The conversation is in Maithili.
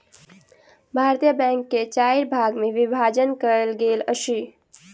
भारतीय बैंक के चाइर भाग मे विभाजन कयल गेल अछि